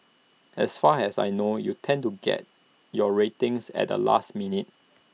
as far as I know you tend to get your ratings at the last minute